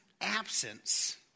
absence